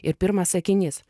ir pirmas sakinys